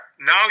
now